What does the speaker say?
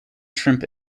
shrimp